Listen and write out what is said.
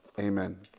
Amen